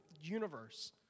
universe